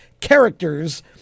characters